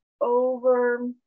over